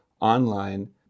online